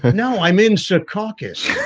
but no, i'm in secaucus